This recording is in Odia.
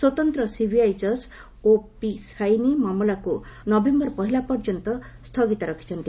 ସ୍ୱତନ୍ତ୍ର ସିବିଆଇ ଜଜ୍ ଓପି ସାଇନି ମାମଲାକୁ ନଭେମ୍ବର ପହିଲା ପର୍ଯ୍ୟନ୍ତ ସ୍ଥଗିତ ରଖିଛନ୍ତି